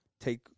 take